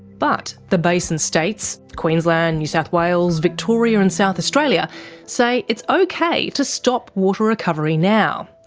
but the basin states queensland, new south wales, victoria and south australia say it's okay to stop water recovery now.